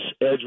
edge